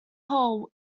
hole